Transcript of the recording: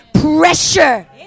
pressure